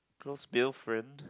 close male friend